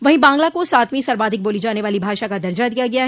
वहीं बांग्ला को सातवीं सर्वाधिक बोली जाने वाली भाषा का दर्जा दिया गया है